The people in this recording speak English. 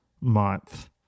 month